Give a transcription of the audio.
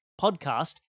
podcast